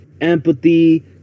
empathy